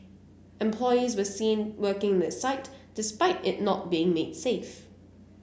employees were seen working in the site despite it not being made safe